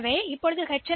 எனவே இந்த எச்